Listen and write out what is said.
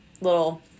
little